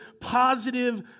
positive